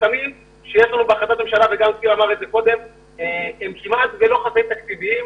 החסמים שיש לנו בהחלטת הממשלה הם לא חסמים תקציביים,